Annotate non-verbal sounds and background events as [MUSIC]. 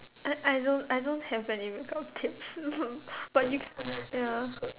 I I don't I don't have any makeup tips also but you [NOISE] ya